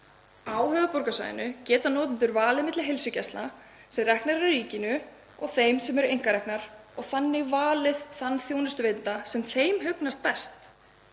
Á höfuðborgarsvæðinu geta notendur valið milli heilsugæsla sem reknar eru af ríkinu og þeirra sem eru einkareknar og þannig valið þann þjónustuveitenda sem þeim hugnast best.